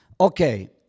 Okay